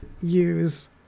use